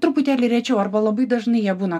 truputėlį rečiau arba labai dažnai jie būna